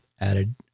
added